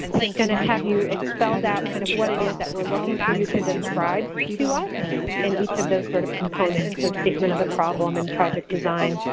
it's going to have you it's spelled out, kind of, what it is that we're looking for you to describe to us and each of those, sort of, components, so statement of the problem and project design,